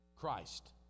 Christ